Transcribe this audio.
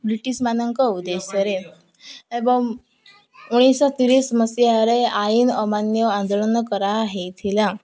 British ମାନଙ୍କ ଉଦ୍ଦେଶ୍ୟରେ ଏବଂ ଉଣେଇଶହ ତିରିଶ ମସିହାରେ ଆଇନ ଅମାନ୍ୟ ଆନ୍ଦୋଳନ କରାହୋଇଥିଲା